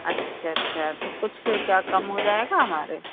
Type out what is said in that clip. अच्छा अच्छा तो कुछ फिर क्या कम हो जाएगा हमारे